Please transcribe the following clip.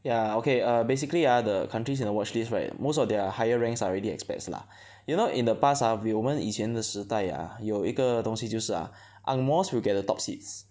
ya okay err basically ah the countries in the watch list right most of their higher ranks are already expats lah you know in the past ah when 我们以前的时代 ah 有一个东西就是 ah ang mohs will get the top seats